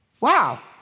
Wow